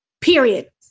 period